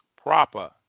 Proper